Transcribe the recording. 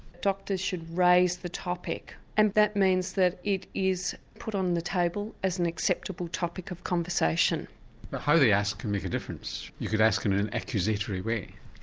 doctors should raise the topic, and that means that it is put on the table as an acceptable topic of conversation. but how they ask can make a difference. you could ask in an accusatory way.